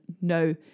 no